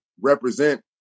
represent